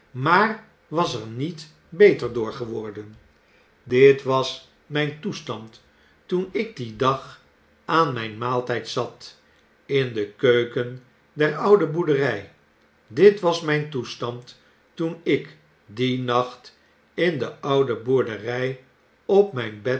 maar was er niet beter door geworden dit was myn toestand toen ik dien dag aan myn maaltyd zat in de keuken der oude boerdery dit was myn toestand toen ik dien nacht in de oude boerdery op myn bed